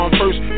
first